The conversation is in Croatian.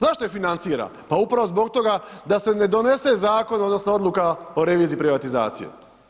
Zašto ih financira, pa upravo zbog toga da se ne donese zakon odnosno odluka o reviziji privatizacije.